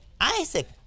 Isaac